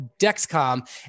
Dexcom